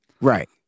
right